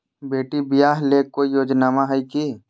बेटी ब्याह ले कोई योजनमा हय की?